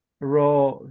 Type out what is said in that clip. raw